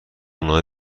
نامه